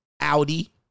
Audi